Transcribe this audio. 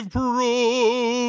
proof